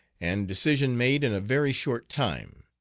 and decision made in a very short time